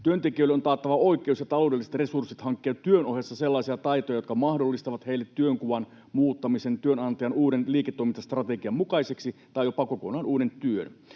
Työntekijöille on taattava oikeus ja taloudelliset resurssit hankkia työn ohessa sellaisia taitoja, jotka mahdollistavat heille työnkuvan muuttamisen työnantajan uuden liiketoimintastrategian mukaiseksi tai jopa kokonaan uuden työn.